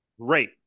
great